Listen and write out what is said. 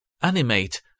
animate